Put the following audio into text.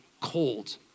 cold